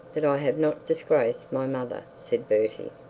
that i have not disgraced my mother said bertie.